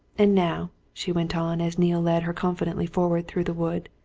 and now, she went on, as neale led her confidently forward through the wood,